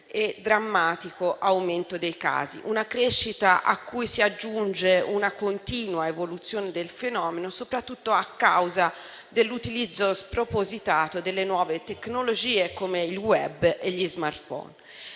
e drammatico aumento dei casi; una crescita a cui si aggiunge una continua evoluzione del fenomeno, soprattutto a causa dell'utilizzo spropositato delle nuove tecnologie, come il *web* e gli *smartphone*.